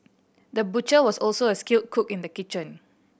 the butcher was also a skilled cook in the kitchen